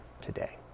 today